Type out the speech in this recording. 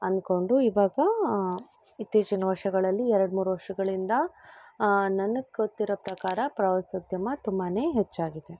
ಅಂದ್ಕೊಂಡು ಇವಾಗ ಇತ್ತೀಚಿನ ವರ್ಷಗಳಲ್ಲಿ ಎರಡು ಮೂರು ವರ್ಷಗಳಿಂದ ನನಗೆ ಗೊತ್ತಿರೋ ಪ್ರಕಾರ ಪ್ರವಾಸೋದ್ಯಮ ತುಂಬಾ ಹೆಚ್ಚಾಗಿದೆ